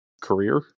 career